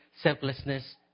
selflessness